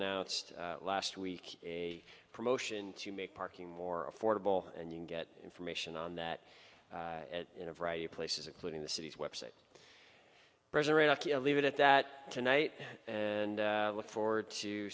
announced last week a promotion to make parking more affordable and you can get information on that in a variety of places including the city's website leave it at that tonight and look forward to